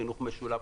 חינוך משולב,